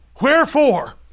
Wherefore